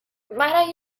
might